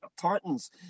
Titans